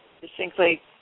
distinctly